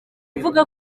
avuga